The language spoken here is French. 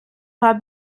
pas